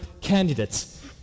candidates